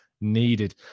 needed